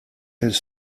his